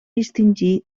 distingir